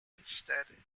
instead